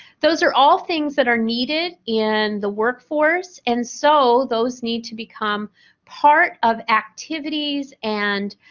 those are all things that are needed in the workforce and so those need to become part of activities and